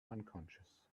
unconscious